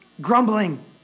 Grumbling